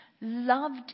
loved